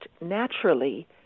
naturally